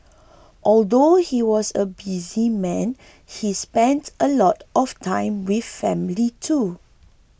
although he was a busy man he spent a lot of time with family too